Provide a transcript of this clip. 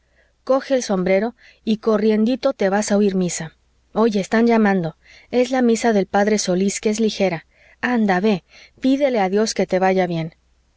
coge el sombrero y corriendito te vas a oír misa oye están llamando es la misa del p solís que es ligera anda ve pídele a dios que te vaya bien